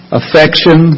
affection